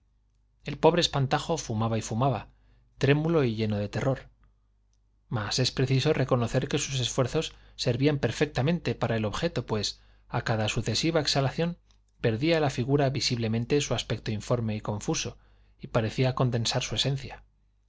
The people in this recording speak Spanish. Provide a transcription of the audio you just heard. el pobre espantajo fumaba y fumaba trémulo y lleno de terror mas es preciso reconocer que sus esfuerzos servían perfectamente para el objeto pues a cada sucesiva exhalación perdía la figura visiblemente su aspecto informe y confuso y parecía condensar su esencia